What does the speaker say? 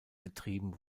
getrieben